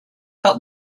help